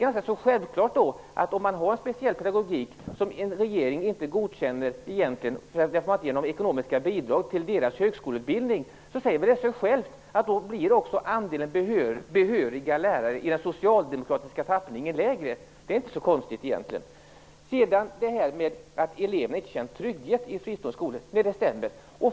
Finns det en speciell pedagogik som regeringen inte godkänner, och ger regeringen inte ekonomiska bidrag till högskoleutbildningen, säger det sig självt att andelen behöriga lärare i den socialdemokratiska tappningen blir lägre. Det är inte så konstigt. Det stämmer att eleverna inte känner trygghet i fristående skolor.